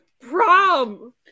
prom